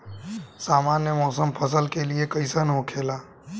सामान्य मौसम फसल के लिए कईसन होखेला?